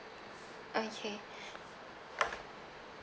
okay